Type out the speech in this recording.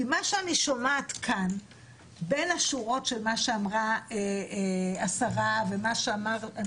כי מה שאני שומעת כאן בין השורות של מה שאמרה השרה ומה שאמר חסאן